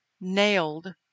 nailed